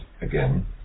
again